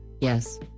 Yes